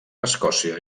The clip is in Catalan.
escòcia